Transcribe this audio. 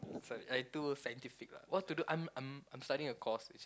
like too scientific lah what to do I'm I'm studying a course which